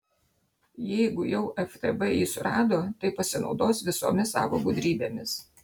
jeigu jau ftb jį surado tai pasinaudos visomis savo gudrybėmis